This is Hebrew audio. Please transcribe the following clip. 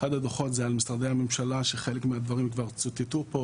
אחד הדוחות זה על משרדי הממשלה שחלק מהדברים כבר צוטטו פה,